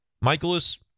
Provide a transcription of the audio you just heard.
Michaelis